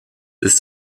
ist